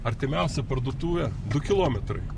artimiausia parduotuvė du kilometrai